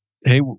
Hey